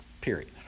Period